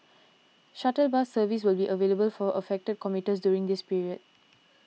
shuttle bus service will be available for affected commuters during this period